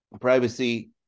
privacy